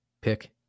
pick